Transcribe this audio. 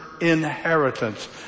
inheritance